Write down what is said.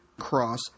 cross